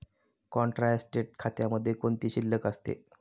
Contra asset खात्यामध्ये कोणती शिल्लक असते?